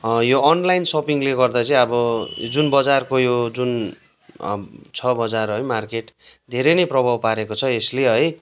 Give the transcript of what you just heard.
यो अनलाइन सपिङले गर्दा चाहिँ अब जुन बजारको यो जुन छ बजार है मार्केट धेरै नै प्रभाव पारेको छ यसले है